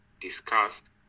discussed